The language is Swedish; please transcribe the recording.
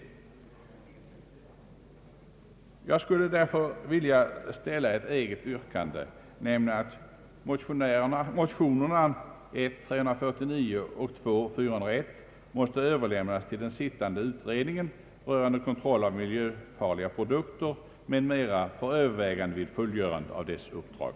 Därför skulle jag vilja ställa ett eget yrkande, nämligen att motionerna I: 349 och II:401 måtte överlämnas till den sittande utredningen rörande kontroll av miljöfarliga produkter m.m. för övervägande vid fullgörandet av dess uppdrag.